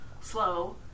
slow